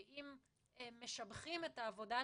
אם משבחים את העבודה,